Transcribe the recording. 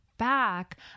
back